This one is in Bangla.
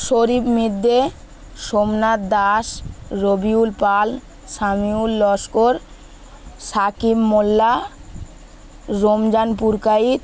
শরীফ মিদ্যে সোমনাথ দাস রবিউল পাল শামিউল লস্কর শাকিব মোল্লা রমজান পুরকাইত